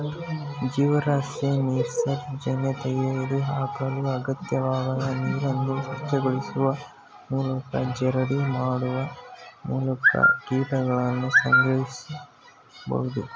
ಜೀವರಾಶಿ ವಿಸರ್ಜನೆ ತೆಗೆದುಹಾಕಲು ಅಗತ್ಯವಾದಾಗ ನೀರನ್ನು ಸ್ವಚ್ಛಗೊಳಿಸುವ ಮೂಲಕ ಜರಡಿ ಮಾಡುವ ಮೂಲಕ ಕೀಟಗಳನ್ನು ಸಂಗ್ರಹಿಸ್ಬೋದು